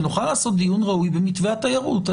שנוכל לעשות דיון ראוי במתווה התיירות?